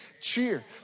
cheer